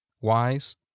wise